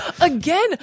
again